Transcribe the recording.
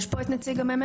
יש פה את נציג ה-ממ"מ?